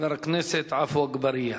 חבר הכנסת עפו אגבאריה.